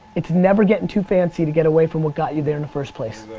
it's never getting too fancy to get away from what got you there in the first place.